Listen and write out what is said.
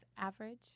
average